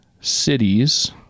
cities